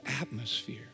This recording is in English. atmosphere